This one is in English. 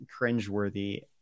cringeworthy